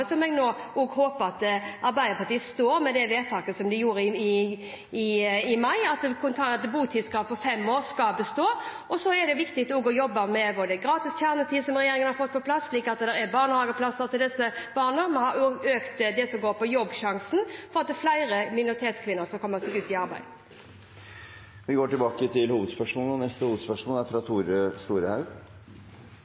som vi fattet i mai, slik at botidskravet på fem år får bestå. Så er det viktig å jobbe med gratis kjernetid, som regjeringen har fått på plass, slik at det er barnehageplass til disse barna. Vi har også økt det som går på Jobbsjansen for at flere minoritetskvinner skal komme seg ut i arbeid. Vi går videre til neste hovedspørsmål. For to veker sidan vedtok Stortinget at iverksetjing av vedtak om oktoberbarna skulle setjast på vent, og